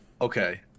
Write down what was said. Okay